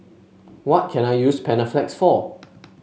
what can I use Panaflex for